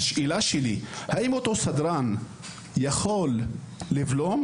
והשאלה שלי האם אותו סדרן יכול לבלום?